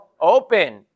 open